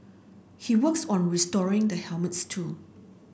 he works on restoring the helmets too